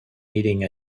meeting